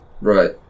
right